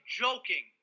joking